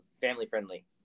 family-friendly